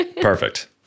Perfect